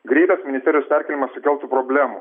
greitas ministerijos perkėlimas sukeltų problemų